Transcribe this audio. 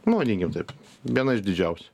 nu vadinkim taip viena iš didžiausių